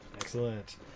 Excellent